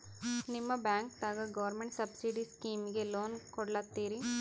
ನಿಮ ಬ್ಯಾಂಕದಾಗ government subsidy ಸ್ಕೀಮಿಗಿ ಲೊನ ಕೊಡ್ಲತ್ತೀರಿ?